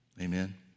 Amen